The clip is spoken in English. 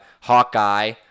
Hawkeye